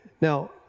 Now